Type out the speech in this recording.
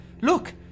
Look